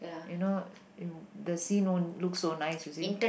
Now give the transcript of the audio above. you know you the sea won't look so nice you see